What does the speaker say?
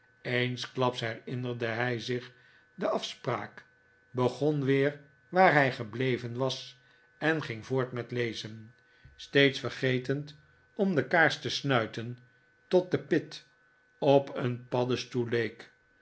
eensklaps herinnerde hij zich de afspraak begon weer waar hij gebleven was en ging voort met lezen steeds vergetend om de kaars te snuiten tot de pit op een paddenstoel